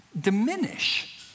diminish